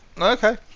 Okay